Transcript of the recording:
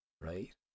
Right